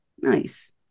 Nice